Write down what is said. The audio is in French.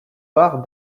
barres